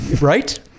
right